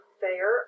fair